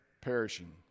perishing